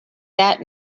that